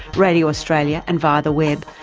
radio australia and via the web,